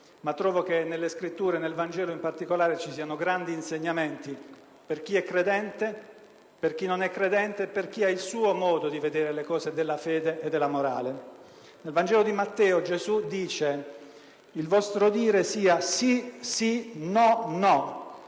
ma trovo che nelle Scritture e, soprattutto, nel Vangelo ci siano grandi insegnamenti per chi è credente, per chi non lo è e per chi ha il suo modo di vedere le cose della fede e della morale - nel Vangelo di Matteo Gesù dice: «Il vostro dire sia sì sì, no no.